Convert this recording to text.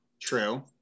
true